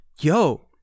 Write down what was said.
yo